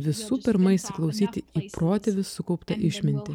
visų pirma įsiklausyti į protėvių sukauptą išmintį